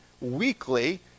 weekly